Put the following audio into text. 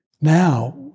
Now